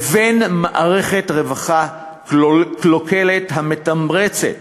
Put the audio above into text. לבין מערכת רווחה קלוקלת המתמרצת